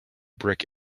brick